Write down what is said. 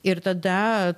ir tada